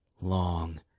long